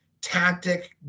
tactic